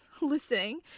listening